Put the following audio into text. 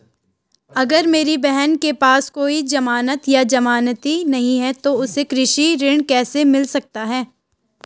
अगर मेरी बहन के पास कोई जमानत या जमानती नहीं है तो उसे कृषि ऋण कैसे मिल सकता है?